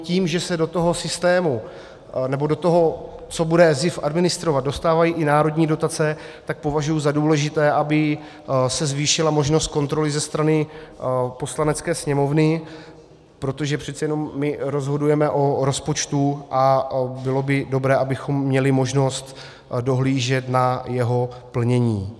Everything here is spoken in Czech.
Tím, že se do toho systému, nebo do toho, co bude SZIF administrovat, dostávají i národní dotace, tak považuji za důležité, aby se zvýšila možnost kontroly ze strany Poslanecké sněmovny, protože přece jenom my rozhodujeme o rozpočtu a bylo by dobré, abychom měli možnost dohlížet na jeho plnění.